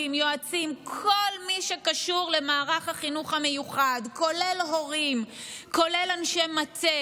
מערכת החינוך המיוחד נמצאת